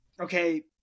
okay